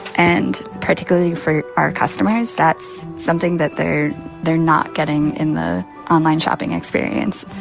and, particularly for our customers, that's something that they're they're not getting in the online shopping experience.